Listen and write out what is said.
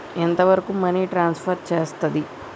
ఎంత వరకు money transfer చేయస్తది?